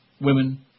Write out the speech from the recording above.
Women